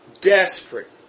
Desperate